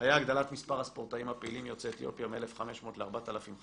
היה הגדלת מספר הספורטאים הפעילים יוצאי אתיופיה מ-1,500 ל-4,500.